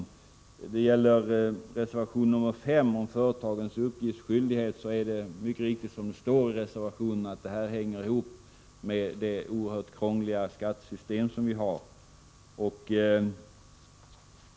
När det gäller reservation 5 om företagens uppgiftsskyldighet är det mycket riktigt, som det står i reservationen, att denna hänger ihop med det oerhört krångliga skattesystem vi har.